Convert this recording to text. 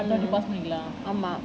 mm ஆமா:aamaa